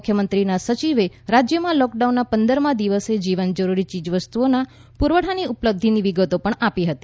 મુખ્યમંત્રીના સચિવે રાજ્યમાં લોકડાઉનના પંદરમા દિવસે જીવનજરૂરી ચીજવસ્તુઓના પુરવઠાની ઉપલબ્ધિની વિગતો પણ આપી હતી